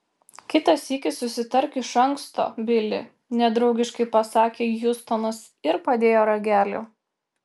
kitą sykį susitark iš anksto bili nedraugiškai pasakė hjustonas ir padėjo ragelį